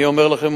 אני אומר לכם,